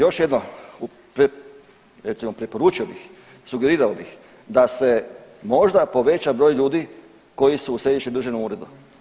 Još jedno, recimo preporučio bih, sugerirao bih da se možda poveća broj ljudi koji su u Središnjem državnom uredu.